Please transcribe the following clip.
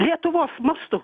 lietuvos mastu